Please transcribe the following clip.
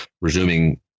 resuming